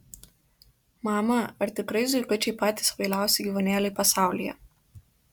mama ar tikrai zuikučiai patys kvailiausi gyvūnėliai pasaulyje